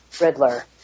Riddler